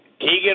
Keegan